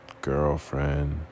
girlfriend